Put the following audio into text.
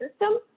system